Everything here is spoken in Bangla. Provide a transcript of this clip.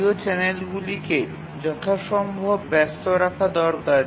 IO চ্যানেলগুলিকে যথাসম্ভব ব্যস্ত রাখা দরকার